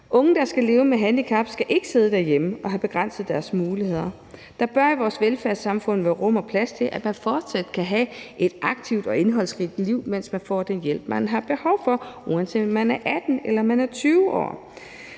Unge, der skal leve med handicap, skal ikke sidde derhjemme og have begrænset deres muligheder. Der bør i vores velfærdssamfund være rum og plads til, at man fortsat kan have et aktivt og indholdsrigt liv, mens man får den hjælp, man har behov for, uanset om man er 18 eller man er